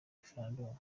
referendumu